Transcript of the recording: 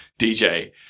DJ